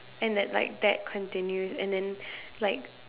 and that like that continues and then like